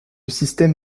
système